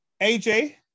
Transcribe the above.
AJ